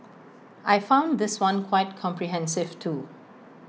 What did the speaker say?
I found this one quite comprehensive too